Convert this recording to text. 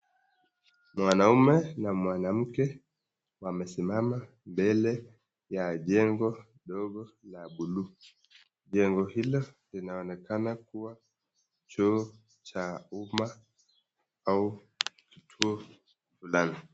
Mwanaume na mwanamke wamesimama mbele ya jengo ndogo ya buluu. Jengo hilo linaonekana kuwa choo cha umma ama kituo fulani.